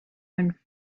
own